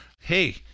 hey